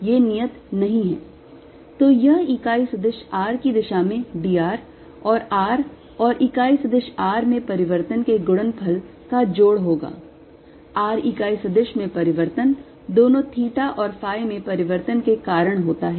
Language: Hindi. तो यह इकाई सदिश r की दिशा में d r और r और इकाई सदिश r में परिवर्तन के गुणनफल का जोड़ होगा r इकाई सदिश में परिवर्तन दोनों theta और phi में परिवर्तन के कारण होता है